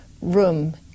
room